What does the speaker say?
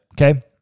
Okay